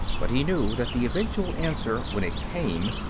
but he knew that the eventual answer, when it came,